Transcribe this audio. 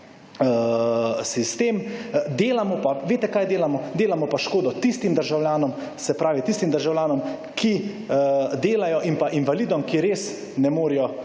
sistem. Delamo pa, veste kaj delamo? Delamo pa škodo tistim državljanom, se pravi tistim državljanom, ki delajo in invalidom, ki res ne morejo